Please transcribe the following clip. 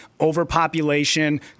overpopulation